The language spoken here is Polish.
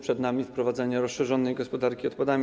Przed nami wprowadzenie rozszerzonej gospodarki odpadami.